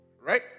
Right